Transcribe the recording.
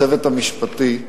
הצוות המשפטי,